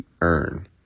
earn